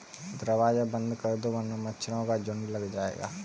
दरवाज़ा बंद कर दो वरना मच्छरों का झुंड लग जाएगा